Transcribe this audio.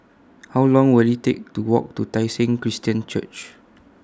How Long Will IT Take to Walk to Tai Seng Christian Church